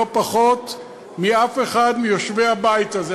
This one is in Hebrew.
לא פחות מאף אחד מיושבי הבית הזה,